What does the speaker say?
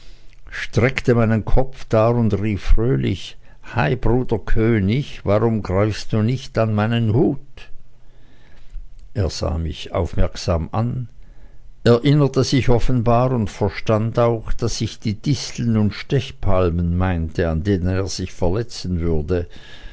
streckte meinen kopf dar und rief fröhlich hei bruder könig warum greifst du nicht an meinen hut er sah mich aufmerksam an erinnerte sich offenbar und verstand auch daß ich die disteln und stechpalmen meinte an denen er sich verletzen würde